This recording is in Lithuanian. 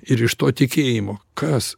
ir iš to tikėjimo kas